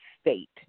state